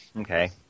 okay